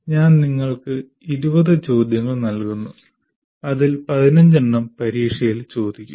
ഞാൻ നിങ്ങൾക്ക് 20 ചോദ്യങ്ങൾ നൽകുന്നു അതിൽ 15 എണ്ണം പരീക്ഷയിൽ ചോദിക്കും